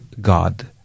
God